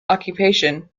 occupation